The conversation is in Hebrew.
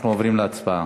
אנחנו עוברים להצבעה.